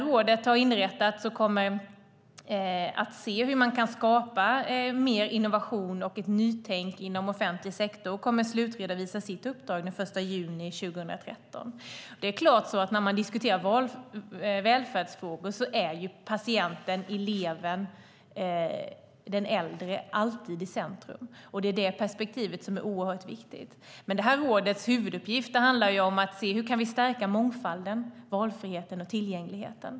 Rådet har inrättats, och det kommer att se hur man kan skapa mer innovation och ett nytänkande inom offentlig sektor. Det kommer att slutredovisa sitt uppdrag den 1 juni 2013. När man diskuterar välfärdsfrågor är patienten, eleven och den äldre alltid i centrum. Detta perspektiv är oerhört viktigt. Men rådets huvuduppgift är att se hur vi kan stärka mångfalden, valfriheten och tillgängligheten.